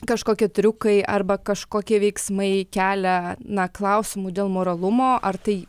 kažkokie triukai arba kažkokie veiksmai kelia na klausimų dėl moralumo ar tai